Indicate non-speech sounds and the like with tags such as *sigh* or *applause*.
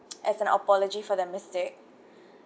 *noise* as an apology for their mistake